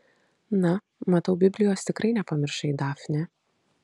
na matau biblijos tikrai nepamiršai dafne